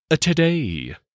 Today